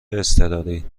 اضطراری